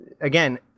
again